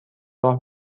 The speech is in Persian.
راه